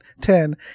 ten